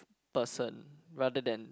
person rather than